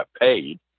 paid